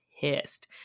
pissed